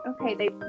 okay